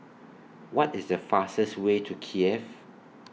What IS The fastest Way to Kiev